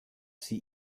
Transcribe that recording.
sie